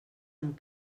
amb